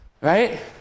right